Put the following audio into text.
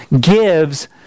gives